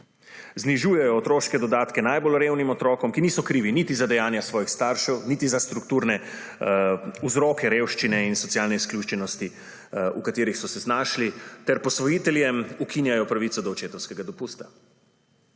Znižujejo otroške dodatke najbolj revnim otrokom ki niso krivi niti za dejanja svojih staršev niti za strukturne vzroke revščine in socialne izključenosti, v kateri so se znašli, ter posvojiteljem ukinjajo pravico do očetovskega dopusta.